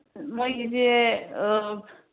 ꯃꯣꯏꯒꯤꯁꯦ